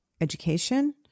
education